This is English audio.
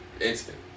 Instant